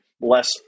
less